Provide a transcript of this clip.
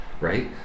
right